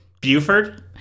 Buford